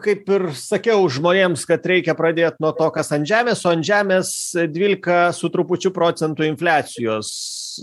kaip ir sakiau žmonėms kad reikia pradėt nuo to kas ant žemės o ant žemės dvylika su trupučiu procentų infliacijos